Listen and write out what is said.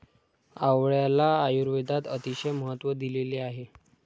आवळ्याला आयुर्वेदात अतिशय महत्त्व दिलेले आहे